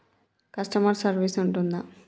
Customer service ఉంటుందా?